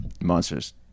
Monsters